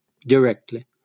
directly